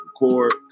record